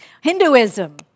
Hinduism